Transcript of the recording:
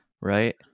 right